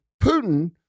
Putin